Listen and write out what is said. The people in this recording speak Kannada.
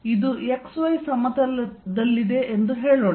ಇದು xy ಸಮತಲದಲ್ಲಿದೆ ಎಂದು ಹೇಳೋಣ